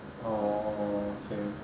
oh okay